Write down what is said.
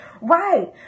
Right